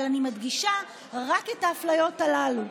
אבל אני מדגישה רק את האפליות הללו.